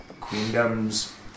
Queendoms